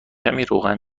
روغن